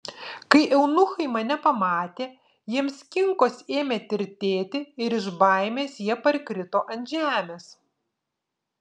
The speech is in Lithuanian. kai eunuchai mane pamatė jiems kinkos ėmė tirtėti ir iš baimės jie parkrito ant žemės